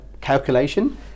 calculation